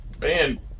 Man